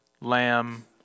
lamb